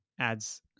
adds